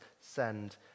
send